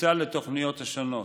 הוקצה לתוכניות השונות,